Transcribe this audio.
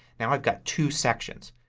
now i've got two sections.